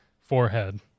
forehead